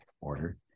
order